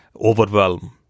overwhelm